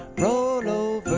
roll